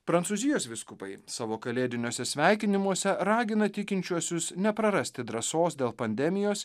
prancūzijos vyskupai savo kalėdiniuose sveikinimuose ragina tikinčiuosius neprarasti drąsos dėl pandemijos